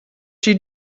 she